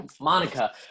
Monica